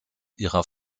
ihrer